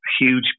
huge